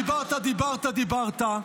דיברת, דיברת, דיברת,